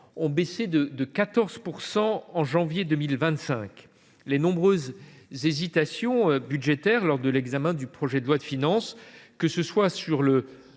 ont baissé de 14 % en janvier 2025. Les nombreuses hésitations d’ordre budgétaire, lors de l’examen du projet de loi de finances, que ce soit sur le